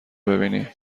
ببینین